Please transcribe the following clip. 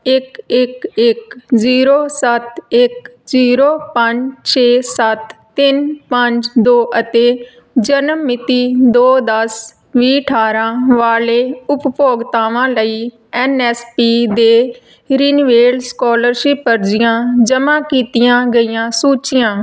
ਇੱਕ ਇੱਕ ਇੱਕ ਜ਼ੀਰੋ ਸੱਤ ਇੱਕ ਜ਼ੀਰੋ ਪੰਜ ਛੇ ਸੱਤ ਤਿੰਨ ਪੰਜ ਦੋ ਅਤੇ ਜਨਮ ਮਿਤੀ ਦੋ ਦੱਸ ਵੀਹ ਅਠਾਰ੍ਹਾਂ ਵਾਲੇ ਉਪਭੋਗਤਾਵਾਂ ਲਈ ਐੱਨ ਐੱਸ ਪੀ ਦੇ ਰਿਨਵੇਲ ਸਕੋਲਰਸ਼ਿਪ ਅਰਜ਼ੀਆਂ ਜਮ੍ਹਾਂ ਕੀਤੀਆਂ ਗਈਆਂ ਸੂਚੀਆਂ